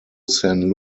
san